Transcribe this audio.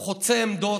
הוא חוצה עמדות,